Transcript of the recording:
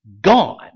gone